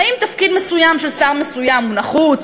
האם תפקיד מסוים של שר מסוים הוא נחוץ,